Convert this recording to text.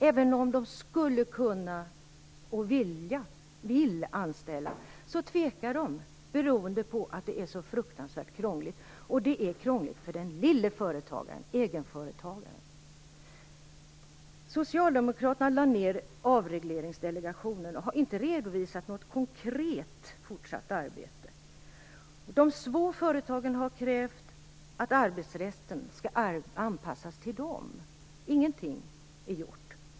Även om de skulle kunna och vill anställa tvekar de, beroende på att det är så fruktansvärt krångligt. Det är krångligt för den lille företagaren, egenföretagaren. Socialdemokraterna lade ned Avregleringsdelegationen och har inte redovisat något konkret fortsatt arbete. De små företagen har krävt att arbetsrätten skall anpassas till dem - ingenting är gjort.